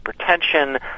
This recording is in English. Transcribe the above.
hypertension